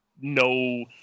no